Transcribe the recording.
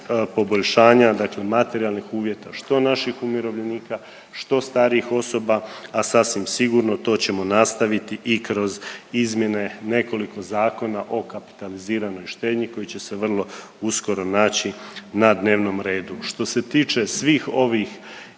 poboljšanja, dakle materijalnih uvjeta što naših umirovljenika, što starijih osoba, a sasvim sigurno to ćemo nastaviti i kroz izmjene nekoliko zakona o kapitaliziranoj štednji koji će se vrlo uskoro naći na dnevnom redu. Što se tiče svih ovih